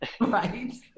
right